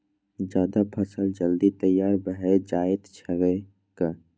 जायद फसल जल्दी तैयार भए जाएत छैक